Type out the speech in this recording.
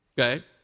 okay